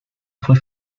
fue